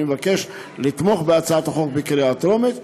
אני מבקש לתמוך בהצעת החוק בקריאה טרומית,